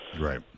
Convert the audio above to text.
Right